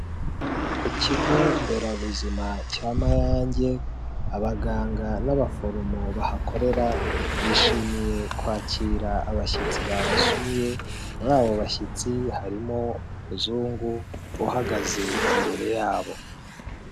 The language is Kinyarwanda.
Ku kigo nderabuzima cya Mayange abaganga n'abaforomo bahakorera bishimiye kwakira abashyitsi babasuye, muri abo bashyitsi harimo umuzungu uhagaze imbere yabo.